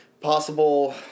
possible